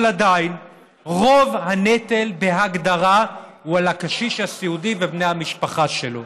אבל עדיין רוב הנטל בהגדרה הוא על הקשיש הסיעודי ובני המשפחה שלו.